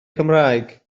cymraeg